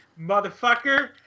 motherfucker